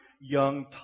young